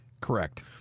Correct